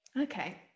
Okay